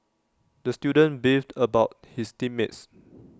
the student beefed about his team mates